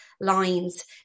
lines